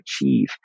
achieve